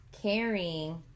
carrying